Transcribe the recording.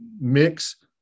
mix